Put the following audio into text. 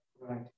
Right